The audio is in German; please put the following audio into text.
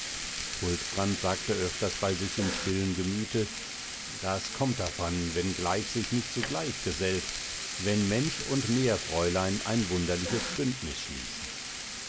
huldbrand sagte öfters bei sich im stillen gemüte das kommt davon wenn gleich sich nicht zu gleich gesellt wenn mensch und meerfräulein ein wunderliches bündnis schließen